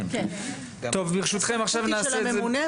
הסמכות היא של הממונה,